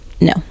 no